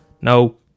no